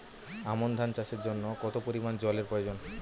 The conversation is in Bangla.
আমন ধান চাষের জন্য কত পরিমান জল এর প্রয়োজন?